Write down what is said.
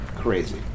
crazy